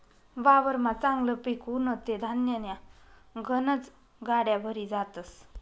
वावरमा चांगलं पिक उनं ते धान्यन्या गनज गाड्या भरी जातस